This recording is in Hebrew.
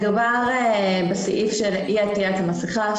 (היו"ר טלי פלוסקוב) מדובר בסעיף של אי-עטיית המסכה,